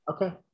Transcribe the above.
Okay